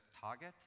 target